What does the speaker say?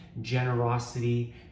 generosity